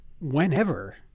whenever—